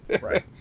Right